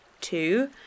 Two